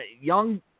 young